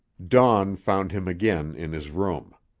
dawn found him again in his room.